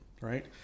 right